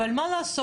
אבל מה לעשות,